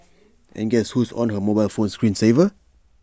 and guess who's on her mobile phone screen saver